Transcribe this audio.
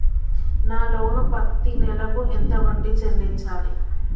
నా లోను పత్తి నెల కు ఎంత వడ్డీ చెల్లించాలి?